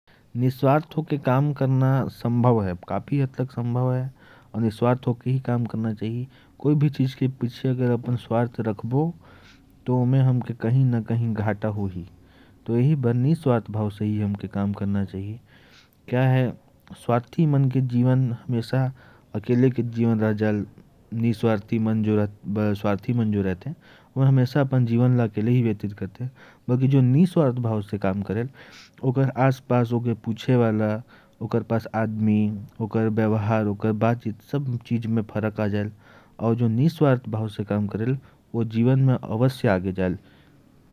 निस्वार्थ होके ही हमेशा काम करना चाही। कोई भी चीज के पीछे अपन स्वार्थ रखे से हमेशा हमके घाटा के सामना करना पड़ेल, और जो निस्वार्थ भाव से काम करेल, ओकर जीवन सफल होजायल। स्वार्थी मन के जीवन हमेशा दुख और अकेले के जीवन हो जाएल।